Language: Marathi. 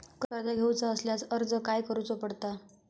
कर्ज घेऊचा असल्यास अर्ज खाय करूचो पडता?